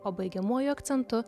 o baigiamuoju akcentu